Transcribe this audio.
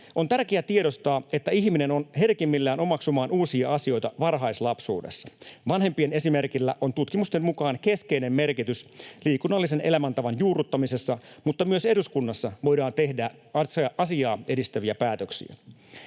On tärkeää tiedostaa, että ihminen on herkimmillään omaksumaan uusia asioita varhaislapsuudessa. Vanhempien esimerkillä on tutkimusten mukaan keskeinen merkitys liikunnallisen elämäntavan juurruttamisessa, mutta myös eduskunnassa voidaan tehdä asiaa edistäviä päätöksiä.